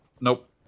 Nope